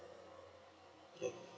K